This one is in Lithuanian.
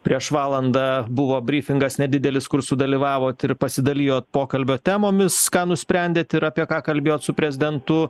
prieš valandą buvo brifingas nedidelis kur sudalyvavot ir pasidalijot pokalbio temomis ką nusprendėt ir apie ką kalbėjot su prezidentu